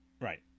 Right